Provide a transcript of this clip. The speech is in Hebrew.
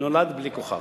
נולד בלי כוכב.